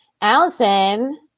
Allison